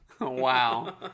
Wow